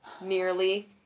nearly